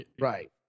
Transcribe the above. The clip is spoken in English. right